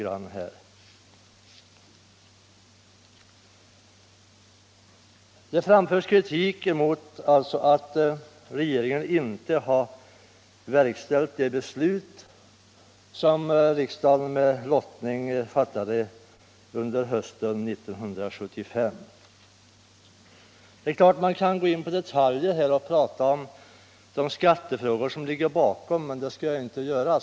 Först kapitalbeskattningsfrågan. Här framförs alltså kritik mot att regeringen inte har verkställt det beslut som riksdagen efter lottning fattade under hösten 1975. Det är klart att man kan gå in på detaljer och prata om de skattefrågor som ligger bakom, men det skall jag inte göra.